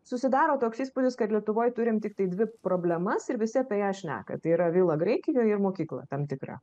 susidaro toks įspūdis kad lietuvoj turim tiktai dvi problemas ir visi apie ją šneka tai yra vilą graikijoj ir mokyklą tam tikrą